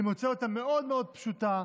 אני מוצא אותה מאוד מאוד פשוטה,